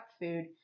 food